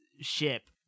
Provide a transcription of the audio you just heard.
ship